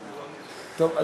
שלכם דחינו את זה פעמיים,